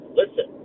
listen